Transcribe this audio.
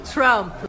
Trump